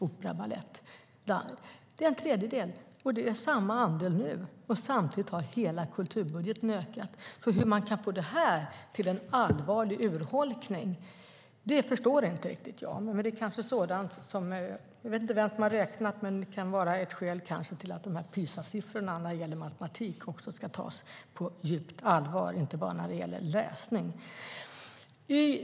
Det var en tredjedel, och det är samma andel nu. Samtidigt har hela kulturbudgeten ökat. Hur man kan få det här till en allvarlig urholkning förstår jag alltså inte riktigt. Jag vet inte vem som har räknat, men det kanske kan vara ett skäl att ta PISA-siffrorna när det gäller matematik, och inte bara när det gäller läsning, på djupt allvar.